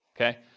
okay